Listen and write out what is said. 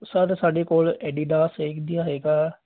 sir ਸਾਡੇ ਕੋਲ ਐਡੀਡਸ ਏਕ ਦੀਆਂ ਹੈਗਾ